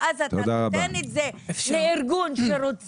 ואז אתה נותן את זה לארגון שרוצה